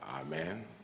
Amen